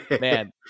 man